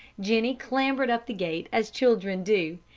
jennie clambered up the gate as children do,